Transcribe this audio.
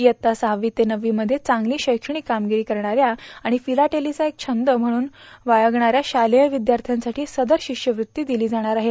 इयत्ता सझवी ते नववी मध्ये चांगली शैक्षणिक कामगिरी करणाऱ्या आणि फिलाटेलीचा एक छंद म्हणून बाळगणाऱ्या शालेय विद्यार्थ्यांसाठी संदर शिष्यवृत्ती दिली जाणार आहे